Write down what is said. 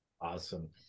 awesome